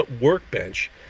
workbench